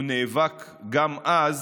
הוא נאבק גם אז,